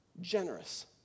generous